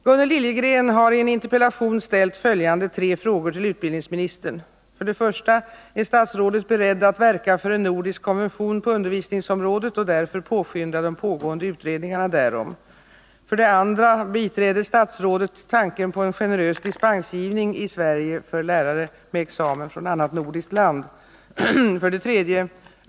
Herr talman! Gunnel Liljegren har i en interpellation ställt följande tre frågor till utbildningsministern: 1. Ärstatsrådet beredd att verka för en nordisk konvention på undervisningsområdet och därför påskynda de pågående utredningarna därom? 2. Biträder statsrådet tanken på en generös dispensgivning i Sverige för lärare med examen från annat nordiskt land? 3.